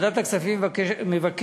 ועדת הכספים מבקשת